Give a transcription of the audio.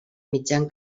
mitjan